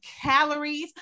calories